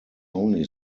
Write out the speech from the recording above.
only